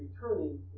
returning